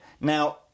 Now